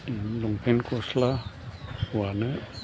बिदिनो लंपेन गस्ला हौवानो